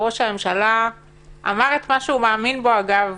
ראש הממשלה אמר מה שהוא מאמין בו אגב